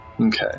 Okay